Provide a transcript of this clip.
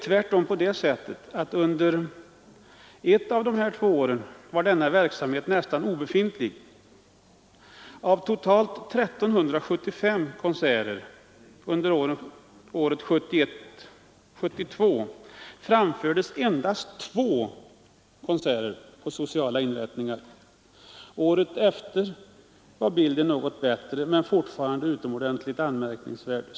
Tvärtom var denna verksamhet under ett av dessa år nästan obefintlig. Av totalt 1375 konserter 1971/72 framfördes endast två på sociala inrättningar. Året därefter var bilden något bättre men fortfarande utomordentligt anmärkningsvärd.